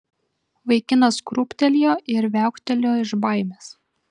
vaikinas krūptelėjo ir viauktelėjo iš baimės